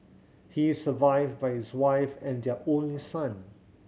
he is survived by his wife and their only son